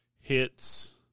hits